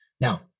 Now